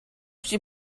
she